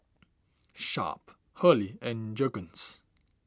Sharp Hurley and Jergens